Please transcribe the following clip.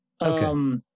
Okay